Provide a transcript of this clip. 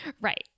Right